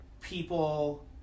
people